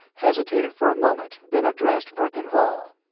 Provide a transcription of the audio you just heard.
hesitated for a moment, then addressed verkan vall